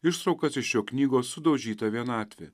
ištraukas iš jo knygos sudaužyta vienatvė